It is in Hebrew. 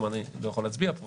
אומנם אני לא יכול להצביע פה,